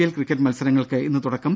L cricket മത്സരങ്ങൾക്ക് ഇന്ന് തുടക്കം